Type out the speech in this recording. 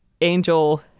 angel